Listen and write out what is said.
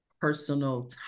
personal